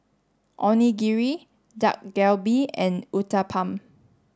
Onigiri Dak Galbi and Uthapam